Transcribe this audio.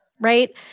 right